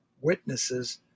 witnesses